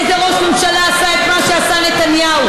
איזה ראש ממשלה עשה את מה שעשה נתניהו?